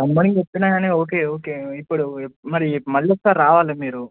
రమ్మని చెప్పిన్నాను కానీ ఓకే ఓకే ఇప్పుడు మరి మళ్ళీ ఒకసారి రావాలి మీరు